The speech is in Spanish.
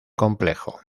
complejo